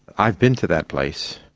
i have been to that place.